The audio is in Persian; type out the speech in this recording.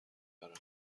دارم